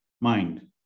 mind